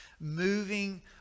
Moving